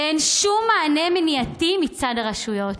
ואין שום מענה מניעתי מצד הרשויות?